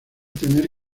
tener